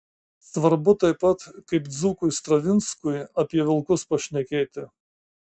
svarbu taip pat kaip dzūkui stravinskui apie vilkus pašnekėti